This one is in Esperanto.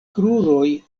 kruroj